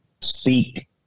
speak